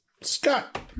Scott